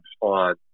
on